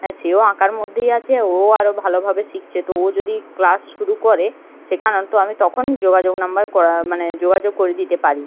হ্যাঁ সেও আঁকার মধ্যেই আছে ও আরও ভালোভাবে শিখছে তো ও যদি ক্লাস শুরু করে শেখান তো আমি তখন যোগাযোগ নাম্বার করা মানে যোগাযোগ করিয়ে দিতে পারি